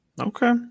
Okay